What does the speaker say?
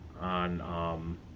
on